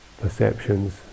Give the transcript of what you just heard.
perceptions